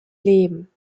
leben